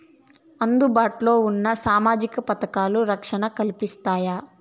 అందుబాటు లో ఉన్న సామాజిక పథకాలు, రక్షణ కల్పిస్తాయా?